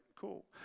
cool